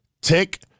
tick